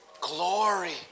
Glory